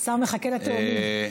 השר מחכה לתאומים.